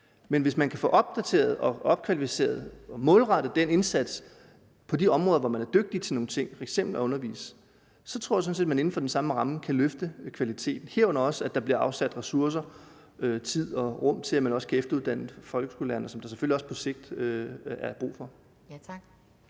Men hvis man kan få opdateret og opkvalificeret og målrettet den indsats på de områder, hvor man er dygtig til nogle ting, f.eks. at undervise, så tror jeg sådan set, man inden for den samme ramme kan løfte kvaliteten, herunder også at der bliver afsat ressourcer, tid og rum til, at man også kan efteruddanne folkeskolelærerne, som der selvfølgelig også på sigt er brug for. Kl.